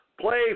play